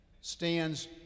stands